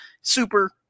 Super